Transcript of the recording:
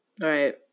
Right